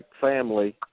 family